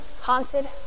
haunted